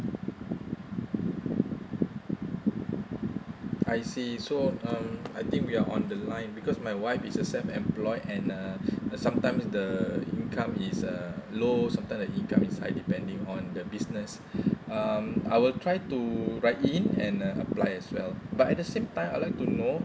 I see so um I think we're on the line because my wife is a self employed and uh uh sometimes the income is uh low sometime the income is high depending on the business um I will try to write in and uh apply as well but at the same time I'd like to know